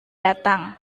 datang